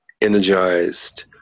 energized